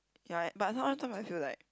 ya but sometimes I feel like